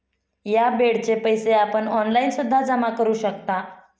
या बेडचे पैसे आपण ऑनलाईन सुद्धा जमा करू शकता